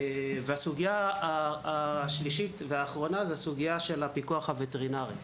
הסוגייה השלישית והאחרונה היא סוגיית הפיקוח הווטרינרי.